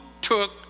took